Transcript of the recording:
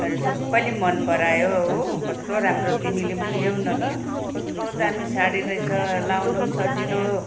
अन्त सबैले मनपरायो हो कस्तो राम्रो तिमीले पनि ल्याउन ल कस्तो दामी साडी रहेछ लाउनु पनि सजिलो